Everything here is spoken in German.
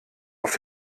auf